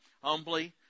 humbly